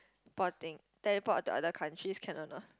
~porting teleport to other countries can [one] ah